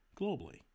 globally